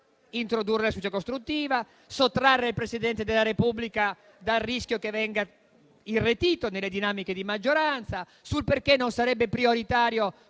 introdurre la sfiducia costruttiva e sottrarre il Presidente della Repubblica al rischio che venga irretito dalle dinamiche di maggioranza; sul perché non sarebbe prioritario